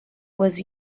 was